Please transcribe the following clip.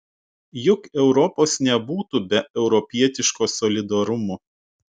juk europos nebūtų be europietiško solidarumo